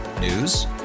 News